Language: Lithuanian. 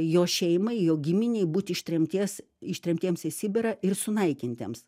jo šeimai jo giminei būti ištremties ištremtiems į sibirą ir sunaikintiems